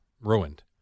ruined